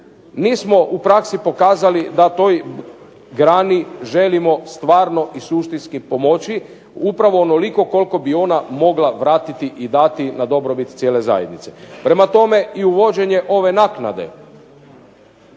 mi smo u praksi pokazali da toj grani želimo stvarno i suštinski pomoći, upravo onoliko koliko bi ona mogla vratiti i dati na dobrobit cijele zajednice. Prema tome i uvođenje ove naknade,